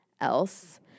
else